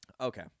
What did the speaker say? okay